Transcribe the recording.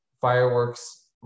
fireworks